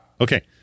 Okay